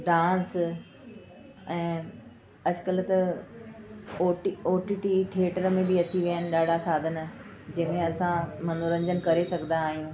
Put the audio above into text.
dance ऐं अॼु कल्ह त O T O T T theatre में बि अची विया आहिनि ॾाढा साधन जंहिं में असां मनोरंजन करे सघंदा आहियूं